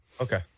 Okay